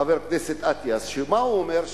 חבר הכנסת אטיאס מה הוא אומר?